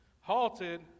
Halted